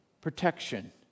protection